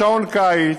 שעון קיץ,